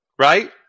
right